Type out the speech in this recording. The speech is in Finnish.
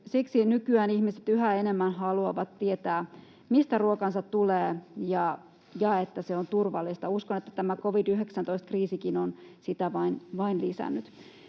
siksi nykyään ihmiset yhä enemmän haluavat tietää, mistä heidän ruokansa tulee ja että se on turvallista. Uskon, että tämä covid-19-kriisikin on sitä vain lisännyt.